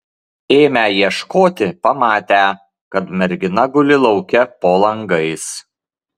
ėmę ieškoti pamatę kad mergina guli lauke po langais